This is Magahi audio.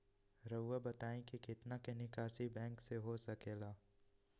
रहुआ बताइं कि कितना के निकासी बैंक से हो सके ला?